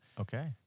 Okay